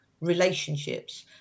relationships